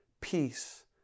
peace